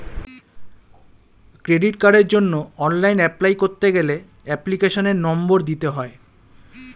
credit কার্ডের জন্য online apply করতে গেলে এপ্লিকেশনের নম্বর দিতে হয়